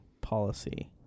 policy